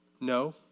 No